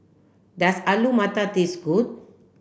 does Alu Matar taste good